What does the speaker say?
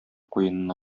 куенына